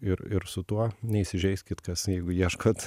ir ir su tuo neįsižeiskit kas jeigu ieškot